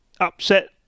upset